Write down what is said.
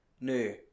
No